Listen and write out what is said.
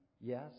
yes